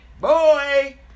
Boy